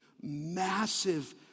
massive